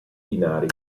binari